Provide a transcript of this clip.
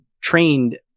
trained